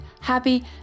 happy